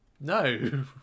No